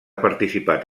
participat